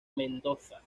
mendoza